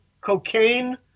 cocaine